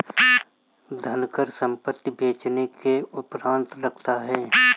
धनकर संपत्ति बेचने के उपरांत लगता है